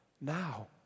now